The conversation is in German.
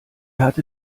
hatte